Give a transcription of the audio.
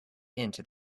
into